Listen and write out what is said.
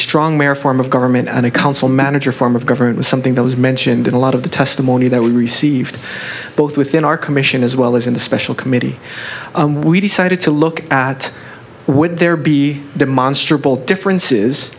stronger form of government and a council manager form of government was something that was mentioned in a lot of the testimony that we received both within our commission as well as in the special committee and we decided to look at would there be demonstrably differences